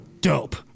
dope